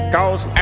Cause